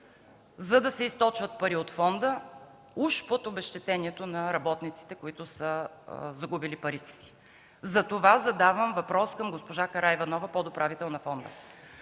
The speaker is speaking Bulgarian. за да се източват пари от фонда уж за обезщетения на работниците, загубили парите си. Затова задавам въпрос към госпожа Караиванова – подуправител на фонда: